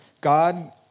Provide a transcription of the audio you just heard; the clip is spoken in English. God